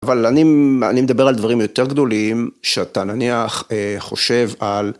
אבל אני מדבר על דברים יותר גדולים, שאתה נניח חושב על...